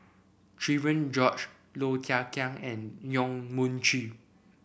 Cherian George Low Thia Khiang and Yong Mun Chee